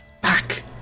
back